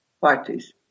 Parties